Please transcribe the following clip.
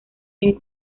bien